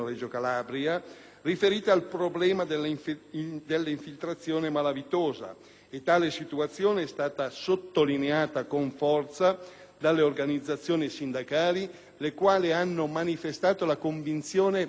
e tale situazione è stata sottolineata con forza dalle organizzazioni sindacali, le quali hanno manifestato la convinzione che l'infiltrazione malavitosa sia il risultato di una precisa strategia